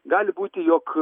gali būti jog